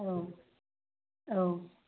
औ औ